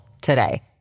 today